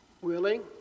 Willing